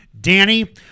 Danny